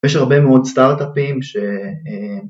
יש הרבה מאוד סטארט-אפים ש...